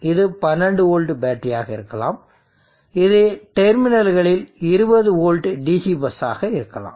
இது 12 வோல்ட் பேட்டரியாக இருக்கலாம் இது டெர்மினல்களில் 20 வோல்ட் DC பஸ் ஆக இருக்கலாம்